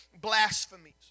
blasphemies